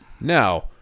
Now